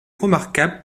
remarquable